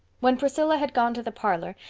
when priscilla had gone to the parlor,